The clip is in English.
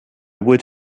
would